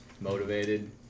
Motivated